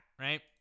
right